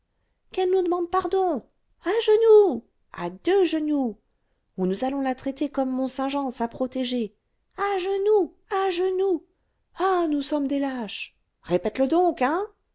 qu'elle nous demande pardon à genoux à deux genoux ou nous allons la traiter comme mont-saint-jean sa protégée à genoux à genoux ah nous sommes des lâches répète le donc hein